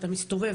אתה מסתובב,